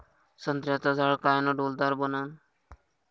संत्र्याचं झाड कायनं डौलदार बनन?